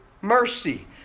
mercy